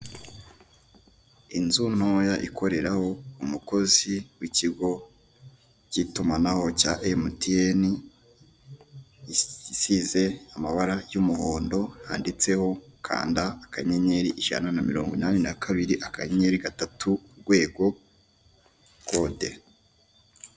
Umugore wambaye ikanzu y'igitenge ahagaze mu nzu ikorerwamo ubucuruzi bw'imyenda idoze, nayo imanitse ku twuma dufite ibara ry'umweru, hasi no hejuru ndetse iyo nzu ikorerwamo ubucuruzi ifite ibara ry'umweru ndetse n'inkingi zishinze z'umweru zifasheho iyo myenda imanitse.